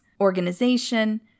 organization